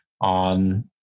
on